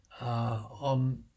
on